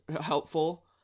helpful